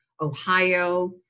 Ohio